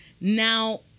now